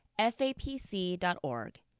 fapc.org